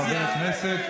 חברי הכנסת.